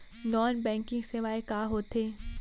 Non banking सेवाएं का होथे?